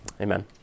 Amen